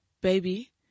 baby